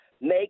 make